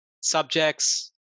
subjects